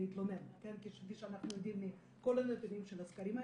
להתלונן כי --- שאנחנו יודעים מכל הנתונים של הסקרים האלה.